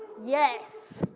yes.